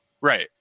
Right